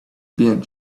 being